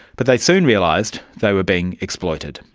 but they soon realised they were being exploited.